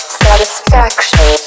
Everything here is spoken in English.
satisfaction